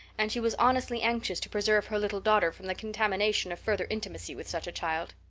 and she was honestly anxious to preserve her little daughter from the contamination of further intimacy with such a child.